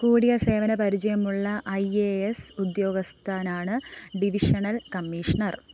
കൂടിയ സേവന പരിചയമുള്ള ഐ എ എസ് ഉദ്യോഗസ്ഥനാണ് ഡിവിഷണൽ കമ്മീഷണർ